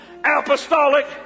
apostolic